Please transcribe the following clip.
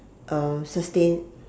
um sustain